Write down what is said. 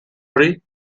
hori